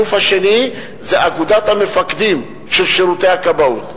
הגוף השני זה אגודת המפקדים של שירותי הכבאות,